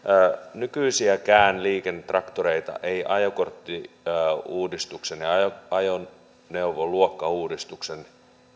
nykyisiäkään liikennetraktoreita ei ajokorttiuudistuksen ja ajoneuvoluokkauudistuksen